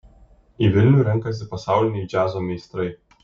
į vilnių renkasi pasauliniai džiazo meistrai